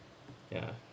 yeah